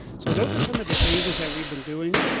so those are some of the changes that we've been doing.